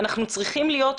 להבנה